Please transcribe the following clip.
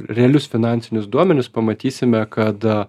realius finansinius duomenis pamatysime kad